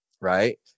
right